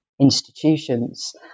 institutions